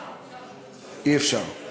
אפשר, אפשר.